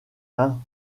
hein